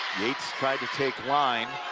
yates tries to take line